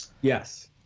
Yes